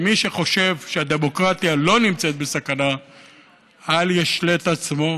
מי שחושב שהדמוקרטיה לא נמצאת בסכנה אל ישלה את עצמו.